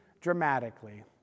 dramatically